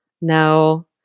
No